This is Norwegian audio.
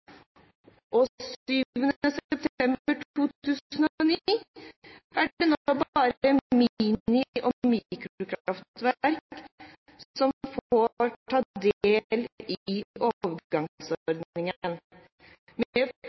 og 7. september 2009, er det nå bare